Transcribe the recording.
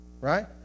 right